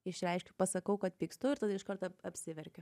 išreiškiu pasakau kad pykstu ir tada iš karto ap apsiverkiu